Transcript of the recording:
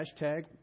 Hashtag